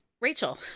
rachel